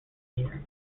year